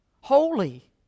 holy